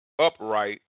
Upright